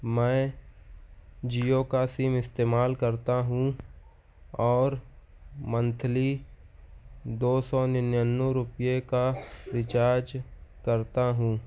میں جیو کا سم استعمال کرتا ہوں اور منتھلی دو سو ننانوے روپئے کا ریچارج کرتا ہوں